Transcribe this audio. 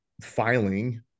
filing